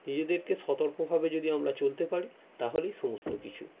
নিজেদেরকে সতর্কভাবে যদি আমরা চলতে পারি তাহলেই সমস্ত কিছু